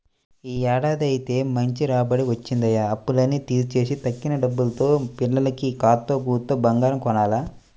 యీ ఏడాదైతే మంచి రాబడే వచ్చిందయ్య, అప్పులన్నీ తీర్చేసి తక్కిన డబ్బుల్తో పిల్లకి కాత్తో కూత్తో బంగారం కొనాల